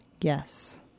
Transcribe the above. Yes